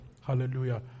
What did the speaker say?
Hallelujah